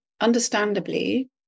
understandably